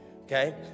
okay